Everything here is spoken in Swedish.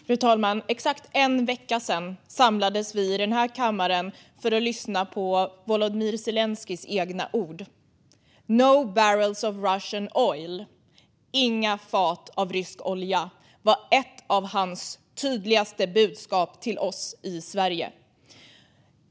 Fru talman! För exakt en vecka sedan samlades vi i den här kammaren för att lyssna på Volodymyr Zelenskyjs egna ord: No barrels of Russian oil! Inga fat med rysk olja - det var ett av hans tydligaste budskap till oss i Sverige.